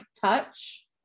touch